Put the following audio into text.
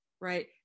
right